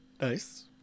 Nice